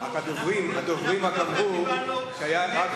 רק הדוברים דיברו, חברי הכנסת